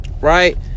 right